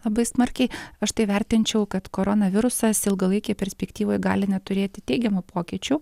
labai smarkiai aš tai vertinčiau kad koronavirusas ilgalaikėj perspektyvoj gali net turėti teigiamų pokyčių